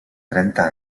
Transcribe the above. trenta